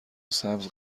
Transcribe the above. سبز